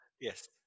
Yes